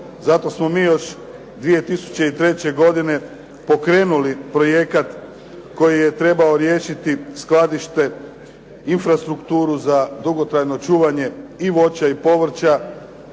Zato smo mi još 2003. godine pokrenuli projekat koji je trebao riješiti skladište infrastrukturu za dugotrajno čuvanje i voća i povrća